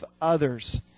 others